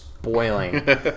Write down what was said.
Boiling